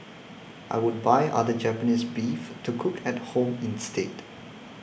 I would buy other Japanese beef to cook at home instead